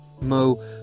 Mo